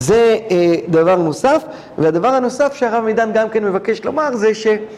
זה דבר נוסף, והדבר הנוסף שהרב מידן גם כן מבקש לומר זה ש...